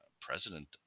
president